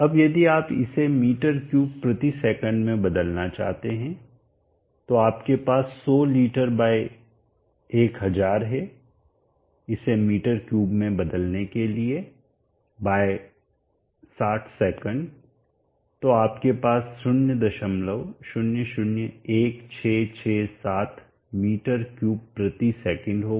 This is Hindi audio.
अब यदि आप इसे m3sec में बदलना चाहते हैं तो आपके पास 100 लीटर बाय 1000 है इसे m3 में बदलने के लिए बाय 60 सेकंड तो आपके पास 0001667 m3 s होगा